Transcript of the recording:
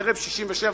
ערב 67',